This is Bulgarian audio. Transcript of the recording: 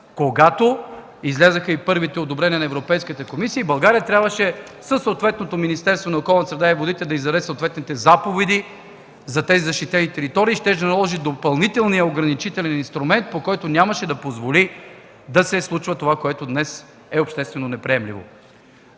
когато излязоха и първите одобрения на Европейската комисия и България трябваше със съответното Министерство на околната среда и водите да издаде заповеди за тези защитени територии. Щеше да наложи допълнителния ограничителен инструмент, по който нямаше да позволи да се случва това, което днес е обществено неприемливо.